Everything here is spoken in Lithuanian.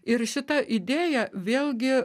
ir šita idėja vėlgi